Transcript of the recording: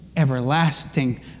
Everlasting